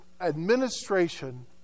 administration